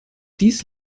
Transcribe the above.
dies